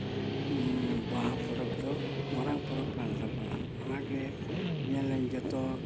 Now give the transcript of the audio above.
ᱵᱟᱦᱟ ᱯᱚᱨᱚᱵᱽ ᱫᱚ ᱢᱟᱨᱟᱝ ᱯᱚᱨᱚᱵᱽ ᱠᱟᱱ ᱛᱟᱵᱚᱱᱟ ᱚᱱᱟ ᱜᱮ ᱧᱮᱞᱫᱟᱹᱧ ᱡᱚᱛᱚ